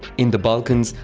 in the balkans,